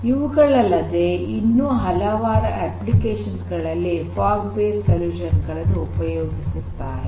ಇವುಗಲ್ಲದೆ ಇನ್ನು ಹಲವಾರು ಅಪ್ಪಿಕೇಷನ್ಸ್ ಗಳಲ್ಲಿ ಫಾಗ್ ಬೇಸ್ಡ್ ಸೊಲ್ಯೂಷನ್ ಗಳನ್ನು ಉಪಯೋಗಿಸುತ್ತಾರೆ